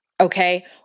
Okay